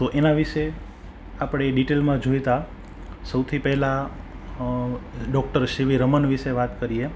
તો એના વિશે આપણે ડિટેલમાં જોઈતા સૌથી પહેલા ડૉક્ટર સીવી રમન વિશે વાત કરીએ